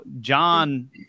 John